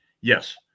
Yes